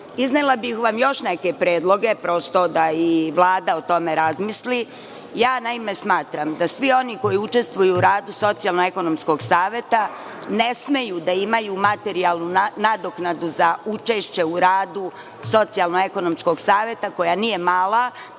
savet. Iznela bih vam još neke predloge, prosto da i Vlada o tome razmisli. Naime smatram da svi oni koji učestvuju u radu Socijalno-ekonomskog saveta ne smeju da imaju materijalnu nadoknadu za učešće u radu Socijalno-ekonomskog saveta, koja nije mala